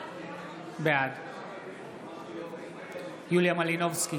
בעד יוליה מלינובסקי,